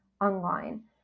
online